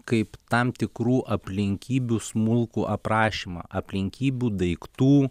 kaip tam tikrų aplinkybių smulkų aprašymą aplinkybių daiktų